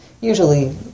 usually